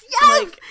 yes